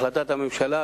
החלטת הממשלה,